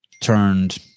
turned